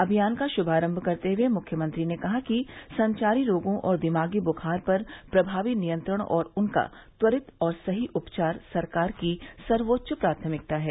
अभियान का शुभारम्भ करते हुए मुख्यमंत्री ने कहा कि संचारी रोगों और दिमागी बुखार पर प्रभावी नियंत्रण और उनका त्वरित और सही उपचार सरकार की सर्वोच्च प्राथमिकता है